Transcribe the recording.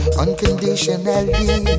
unconditionally